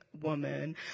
woman